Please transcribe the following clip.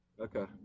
Okay